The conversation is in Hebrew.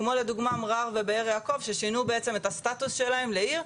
כמו לדוגמא מרר ובאר יעקב ששינו את הסטטוס שלהן לעיר.